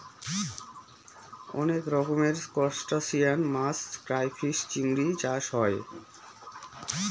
অনেক রকমের ত্রুসটাসিয়ান মাছ ক্রাইফিষ, চিংড়ি চাষ হয়